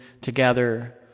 together